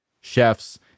chefs